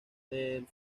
del